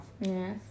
Yes